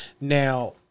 Now